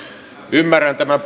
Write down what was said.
ymmärrän tämän